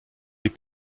les